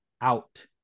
out